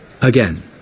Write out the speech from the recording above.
Again